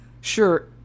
sure